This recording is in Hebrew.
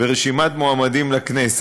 אתם באים ומוסיפים שמן למדורה.